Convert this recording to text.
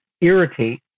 irritate